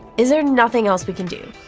is there nothing else we can do?